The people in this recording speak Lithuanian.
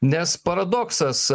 nes paradoksas